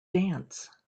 dance